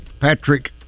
Patrick